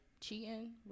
cheating